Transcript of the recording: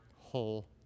whole